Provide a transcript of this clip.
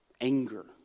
anger